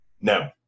No